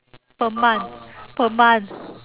per month per month